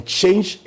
change